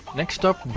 next up,